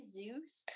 Zeus